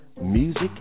music